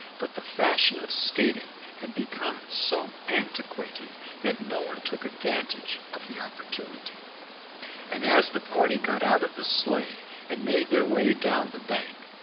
but the fashion of skating had become so antiquated that no one took advantage of the opportunity and as the party got out of the sleigh and made their way down the bank,